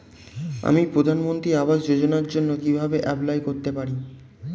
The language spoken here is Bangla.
আমি প্রধানমন্ত্রী আবাস যোজনার জন্য কিভাবে এপ্লাই করতে পারি?